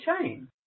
chain